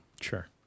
Sure